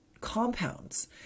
compounds